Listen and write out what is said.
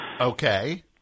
Okay